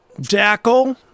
jackal